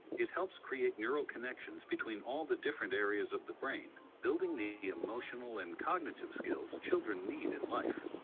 it helps create neural connections between all the different areas of the brain building the emotional and cognitive skills children need in life.